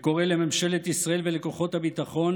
וקורא לממשלת ישראל ולכוחות הביטחון